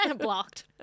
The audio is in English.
Blocked